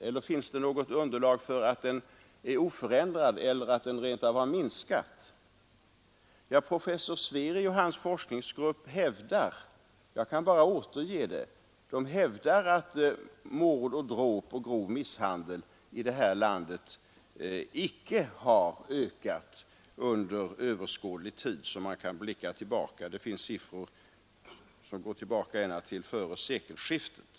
Eller finns det något underlag för uppfattningen att den brottsligheten är oförändrad eller kanske rent av har minskat? Professor Sveri och hans forskningsgrupp hävdar — jag kan bara återge det — att antalet mord, dråp och grov misshandel här i landet icke har ökat under den tid som man kan blicka tillbaka på. Det finns i det fallet siffror som går tillbaka ända till före sekelskiftet.